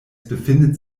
befindet